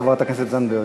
חברת הכנסת זנדברג.